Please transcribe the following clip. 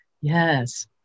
Yes